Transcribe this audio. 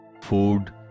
food